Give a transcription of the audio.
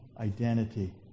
identity